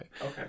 Okay